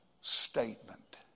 statement